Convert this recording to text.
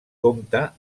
compta